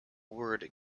word